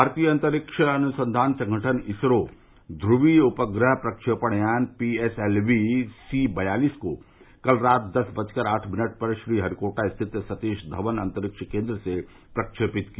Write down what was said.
भारतीय अन्तरिक्ष अनुसंघान संगठन इसरो ध्रवीय उपग्रह प्रक्षेपणयान पीएसएलवी सी बयालिस को कल रात दस बजकर आठ मिनट पर श्री हरिकोटा स्थित संतीश धवन अन्तरिक्ष केन्द्र से प्रक्षेपित किया